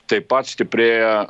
taip pat stiprėja